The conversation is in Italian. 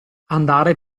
andare